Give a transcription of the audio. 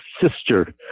sister